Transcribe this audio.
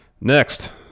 Next